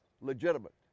legitimate